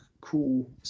cool